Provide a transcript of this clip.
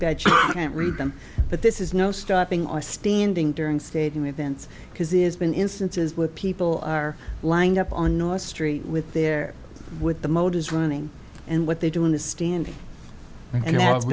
bad can't read them but this is no stopping all standing during stadium events because it has been instances where people are lined up on north street with their with the motors running and what they do in the stands and